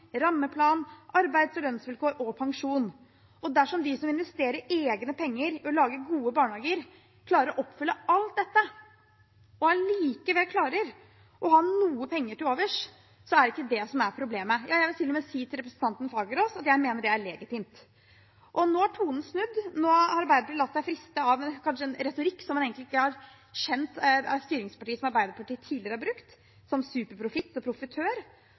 rammeplan, arbeids- og lønnsvilkår og pensjon. Dersom de som investerer egne penger i å lage gode barnehager, klarer å oppfylle alt dette og allikevel klarer å ha noen penger til overs, er det ikke det som er problemet. Jeg vil til og med si til representanten Fagerås at jeg mener det er legitimt. Nå har tonen snudd. Nå har Arbeiderpartiet latt seg friste av en retorikk som man kanskje egentlig ikke har skjønt at et styringsparti som Arbeiderpartiet tidligere har brukt, med ord som «superprofitt» og